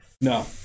no